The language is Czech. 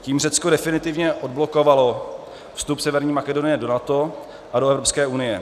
Tím Řecko definitivně odblokovalo vstup Severní Makedonie do NATO a do Evropské unie.